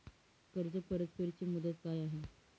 कर्ज परतफेड ची मुदत काय आहे?